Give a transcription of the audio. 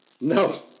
No